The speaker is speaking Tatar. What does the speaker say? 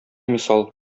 мисал